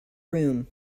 room